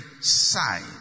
side